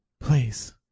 please